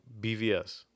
BVS